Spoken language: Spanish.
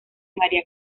maría